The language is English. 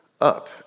up